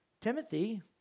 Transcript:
Timothy